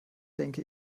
denke